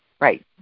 Right